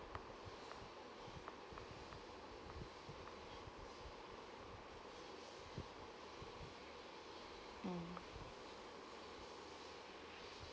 mm